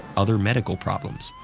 other medical problems,